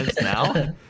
now